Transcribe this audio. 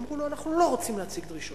אמרו לו: אנחנו לא רוצים להציב דרישות,